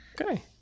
Okay